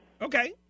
Okay